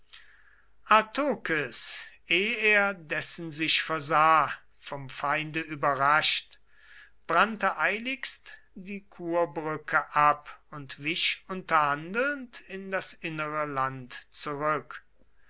er dessen sich versah vom feinde überrascht brannte eiligst die kurbrücke ab und wich unterhandelnd in das innere land zurück